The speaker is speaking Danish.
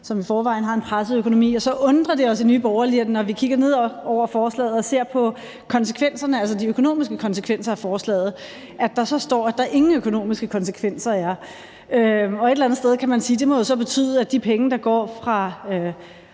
som i forvejen har en presset økonomi. Så undrer det os i Nye Borgerlige, at når vi kigger ned over forslaget og ser på konsekvenserne, altså de økonomiske konsekvenser, af forslaget, så står der, at der ingen økonomiske konsekvenser er. Et eller andet sted kan man sige, at det så må betyde, at de penge, der i dag